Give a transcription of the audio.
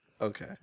Okay